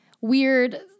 weird